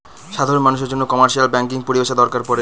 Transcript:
সাধারন মানুষের জন্য কমার্শিয়াল ব্যাঙ্কিং পরিষেবা দরকার পরে